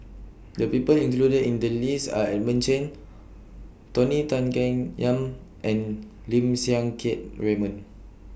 The People included in The list Are Edmund Chen Tony Tan Keng Yam and Lim Siang Keat Raymond